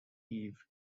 eve